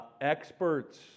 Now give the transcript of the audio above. Experts